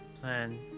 plan